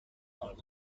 are